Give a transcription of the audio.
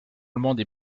allemandes